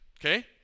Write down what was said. Okay